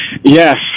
Yes